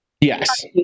Yes